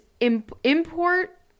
import